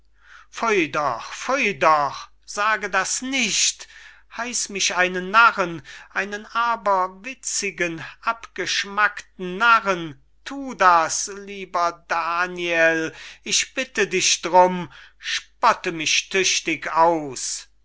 sage das nicht heiß mich einen narren einen aberwitzigen abgeschmackten narren thu das lieber daniel ich bitte dich drum spotte mich tüchtig aus